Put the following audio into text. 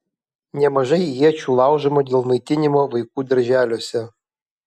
nemažai iečių laužoma dėl maitinimo vaikų darželiuose